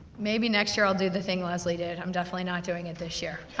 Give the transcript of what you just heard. maybe next year i'll do the thing leslie did. i'm definitely not doing it this year.